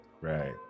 Right